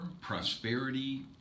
Prosperity